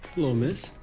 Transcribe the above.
hello miss.